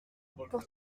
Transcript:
pourtant